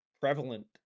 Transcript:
prevalent